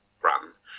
brands